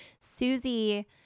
Susie